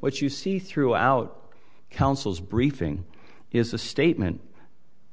what you see throughout counsel's briefing is a statement